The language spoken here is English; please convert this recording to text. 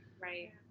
Right